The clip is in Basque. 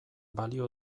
balio